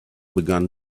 began